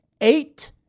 Eight